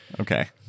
Okay